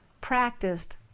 practiced